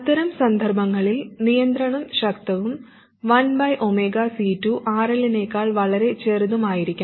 അത്തരം സന്ദർഭങ്ങളിൽ നിയന്ത്രണം ശക്തവും1ωC2 RL നേക്കാൾ വളരെ ചെറുതുമായിരിക്കണം